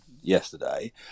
yesterday